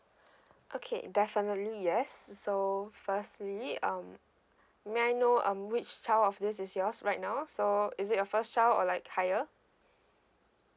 okay definitely yes so firstly um may I know um which child of this is yours right now so is it your first child or like higher